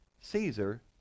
Caesar